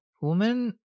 women